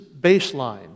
baseline